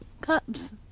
Cups